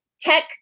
tech